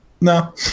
No